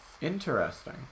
Interesting